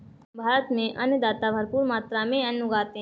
भारत में अन्नदाता भरपूर मात्रा में अन्न उगाते हैं